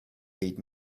read